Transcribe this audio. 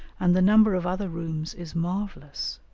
and the number of other rooms is marvellous,